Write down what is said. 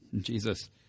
Jesus